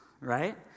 right